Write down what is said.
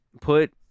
put